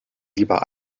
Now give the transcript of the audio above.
lieber